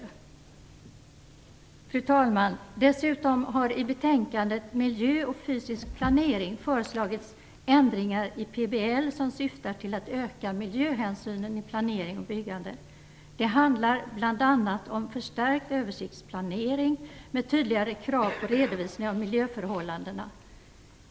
Fru talman! Dessutom har i betänkandet Miljö och fysisk planering föreslagits ändringar i PBL som syftar till en ökad miljöhänsyn vid planering och byggande. Det handlar bl.a. om en förstärkt översiktsplanering med tydligare krav på redovisning av miljöförhållandena.